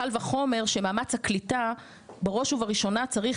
קל וחומר שמאמץ הקליטה בראש ובראשונה צריך